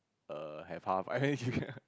err have half and then you can